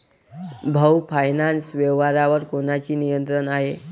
भाऊ फायनान्स व्यवसायावर कोणाचे नियंत्रण आहे?